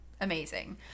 amazing